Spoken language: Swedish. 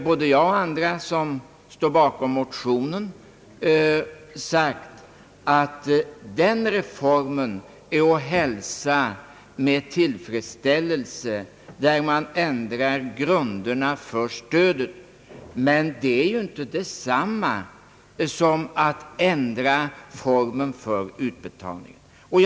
Både jag och andra som står bakom motionen har sagt att den reform som innebär att grunderna för stödet ändras är att hälsa med tillfredsställelse. Men det är ju inte detsamma som att ändra formen för utbetalningen.